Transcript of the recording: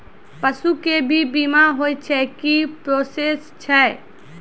पसु के भी बीमा होय छै, की प्रोसेस छै?